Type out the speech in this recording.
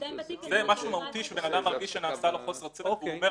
זה משהו מהותי שבן אדם מרגיש שנעשה לו חוסר צדק והוא ואמר,